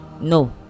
No